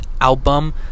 album